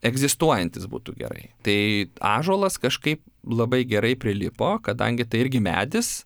egzistuojantis būtų gerai tai ąžuolas kažkaip labai gerai prilipo kadangi tai irgi medis